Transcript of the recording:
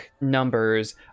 numbers